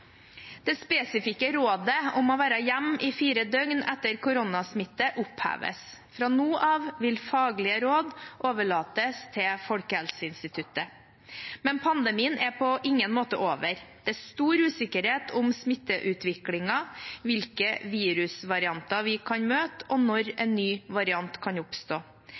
Det spesifikke rådet om å være hjemme i fire døgn etter koronasmitte oppheves. Fra nå av vil faglige råd overlates til Folkehelseinstituttet. Men pandemien er på ingen måte over. Det er stor usikkerhet om smitteutviklingen, hvilke virusvarianter vi kan møte, og når en ny variant kan oppstå.